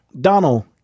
Donald